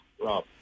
Rob